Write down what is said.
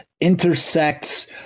intersects